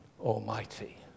Almighty